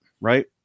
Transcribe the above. right